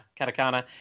Katakana